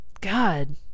God